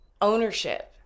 ownership